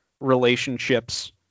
relationships